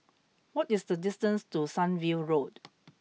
what is the distance to Sunview Road